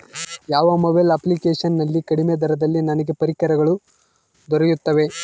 ಯಾವ mobile application ನಲ್ಲಿ ಕಡಿಮೆ ದರದಲ್ಲಿ ನನಗೆ ಪರಿಕರಗಳು ದೊರೆಯುತ್ತವೆ?